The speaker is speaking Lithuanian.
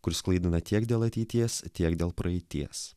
kuris klaidina tiek dėl ateities tiek dėl praeities